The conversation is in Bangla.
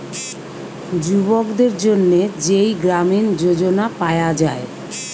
যুবকদের জন্যে যেই গ্রামীণ যোজনা পায়া যায়